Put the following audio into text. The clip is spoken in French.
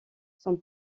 son